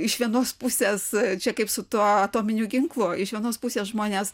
iš vienos pusės čia kaip su tuo atominiu ginklu iš vienos pusės žmonės